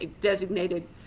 designated